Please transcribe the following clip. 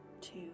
two